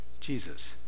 Jesus